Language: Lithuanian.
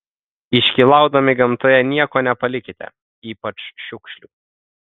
iškylaudami gamtoje nieko nepalikite ypač šiukšlių